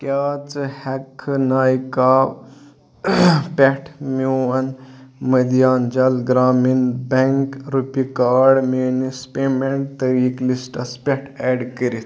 کیٛاہ ژٕ ہٮ۪ککھٕ نایکا پٮ۪ٹھ میون Madhyanchal Gramin bank RuPay card میٛٲنِس پیمٮ۪نٛٹ طریٖق لِسٹَس پٮ۪ٹھ اٮ۪ڈ کٔرِتھ